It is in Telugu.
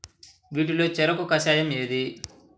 వీటిలో చెరకు కషాయం ఏది?